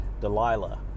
Delilah